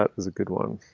but was a good one.